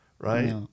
right